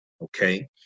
okay